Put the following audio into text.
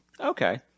Okay